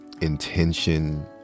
intention